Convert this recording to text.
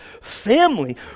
family